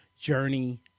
journey